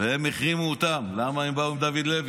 הם החרימו אותם, למה הם באו עם דוד לוי.